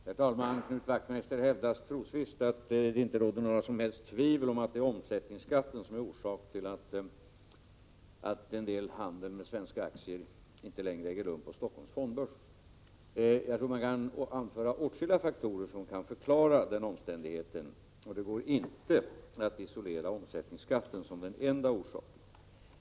Herr talman! Knut Wachtmeister hävdar trosvisst att det inte råder några som helst tvivel om att omsättningsskatten är orsaken till att en del handel med svenska aktier inte längre äger rum på Stockholms fondbörs. Jag tror man kan anföra åtskilliga faktorer som kan förklara denna omständighet. Det går inte att isolera omsättningsskatten som den enda orsaken.